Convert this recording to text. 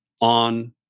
on